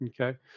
okay